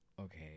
Okay